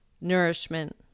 nourishment